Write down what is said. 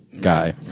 guy